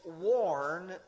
warn